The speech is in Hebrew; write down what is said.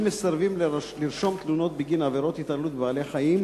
מסרבים לרשום תלונות בגין עבירות התעללות בבעלי-חיים,